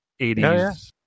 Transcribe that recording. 80s